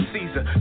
Caesar